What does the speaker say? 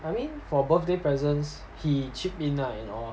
I mean for birthday presents he chip in lah you know